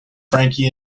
frankie